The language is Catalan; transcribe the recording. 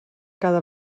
cada